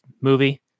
movie